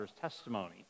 testimony